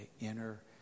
inner